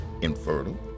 infertile